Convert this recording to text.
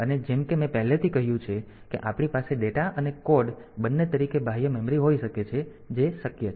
અને જેમ કે મેં પહેલેથી જ કહ્યું છે કે આપણી પાસે ડેટા અને કોડ બંને તરીકે બાહ્ય મેમરી હોઈ શકે છે જે શક્ય છે